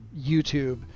YouTube